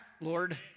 Lord